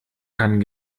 kann